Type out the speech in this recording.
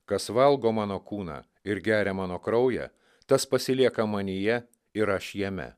kas valgo mano kūną ir geria mano kraują tas pasilieka manyje ir aš jame